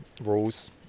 rules